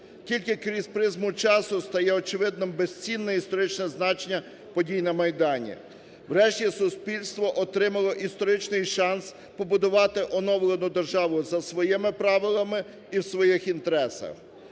Тільки крізь призму часу стає очевидним безцінне історичне значення подій на Майдані. Врешті суспільство отримало історичний шанс побудувати оновлену державу за своїми правилами і у своїх інтересах.